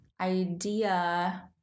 idea